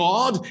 God